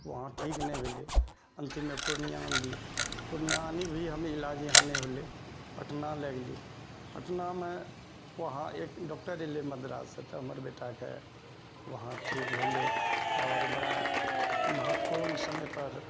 वहाँ ठीक नहि भेलय अन्तिममे पूर्णिया अनलियै पूर्णिया आनिकऽ भी इहाँ ईलाज नहि भेलय पटना ले गेलियै पटनामे वहाँ एक डॉक्टर एलय मद्राससँ तऽ हमर बेटाके वहाँ ठीक भेलय आओर बड़ा महत्वपूर्ण समय पर